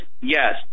Yes